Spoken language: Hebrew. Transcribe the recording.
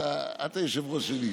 את היושבת-ראש שלי,